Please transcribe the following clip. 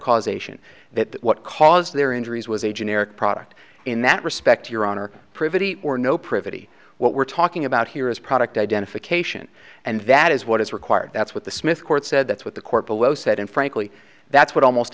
causation that what caused their injuries was a generic product in that respect your honor privity or no privity what we're talking about here is product identification and that is what is required that's what the smith court said that's what the court below said and frankly that's what almost